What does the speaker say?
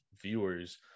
viewers